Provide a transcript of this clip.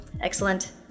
Excellent